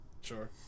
Sure